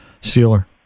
sealer